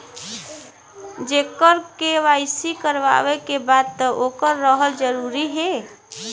जेकर के.वाइ.सी करवाएं के बा तब ओकर रहल जरूरी हे?